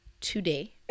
today